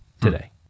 today